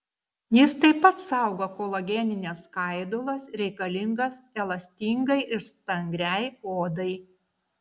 jis taip pat saugo kolagenines skaidulas reikalingas elastingai ir stangriai odai